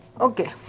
Okay